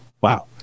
Wow